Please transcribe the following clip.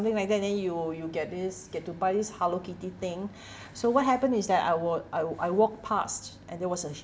thing like that then you'll you get this get to buy this hello kitty thing so what happened is that I w~ I w~ I walked past and there was a